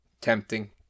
tempting